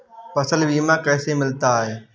फसल बीमा कैसे मिलता है?